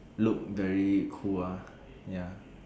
look very cool ah ya